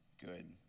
good